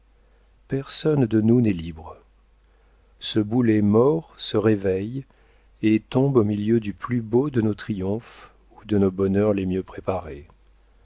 personne de nous n'est libre ce boulet mort se réveille et tombe au milieu du plus beau de nos triomphes ou de nos bonheurs les mieux préparés